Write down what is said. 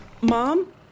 Mom